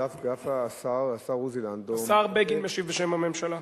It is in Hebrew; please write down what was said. השר עוזי לנדאו, השר בגין משיב בשם הממשלה.